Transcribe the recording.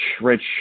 Rich